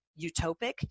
utopic